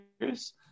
years